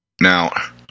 Now